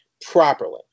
properly